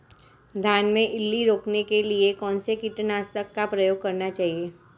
धान में इल्ली रोकने के लिए कौनसे कीटनाशक का प्रयोग करना चाहिए?